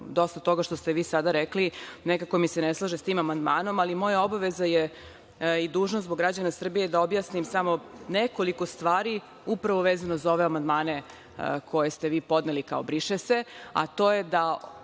dosta toga što ste vi sada rekli nekako mi se ne slaže sa tim amandmanom. Moja obaveza je i dužnost zbog građana Srbije da objasnim samo nekoliko stvari, upravo vezano za ove amandmane koje ste vi podneli kao „briše se“, a to je da